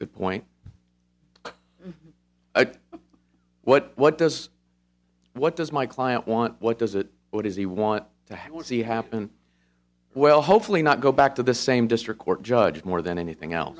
good point what what does what does my client want what does it what does he want to one see happen well hopefully not go back to the same district court judge more than anything else